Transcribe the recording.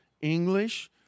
English